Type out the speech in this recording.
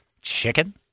Chicken